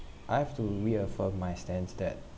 I have to reaffirm my stance that